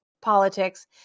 politics